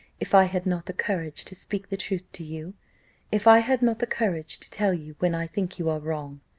if i had not the courage to speak the truth to you if i had not the courage to tell you when i think you are wrong.